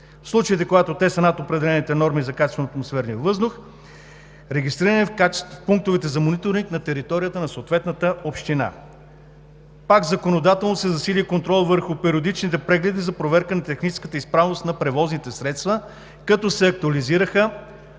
в случаите, когато те са над определените норми за качеството на атмосферния въздух, регистрирани в пунктовете за мониторинг на територията на съответната община. Пак законодателно се засили и контролът върху периодичните прегледи за проверка на техническата изправност на превозните средства, като се актуализираха